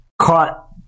caught